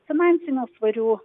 finansinių svarių